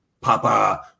Papa